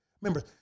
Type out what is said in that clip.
Remember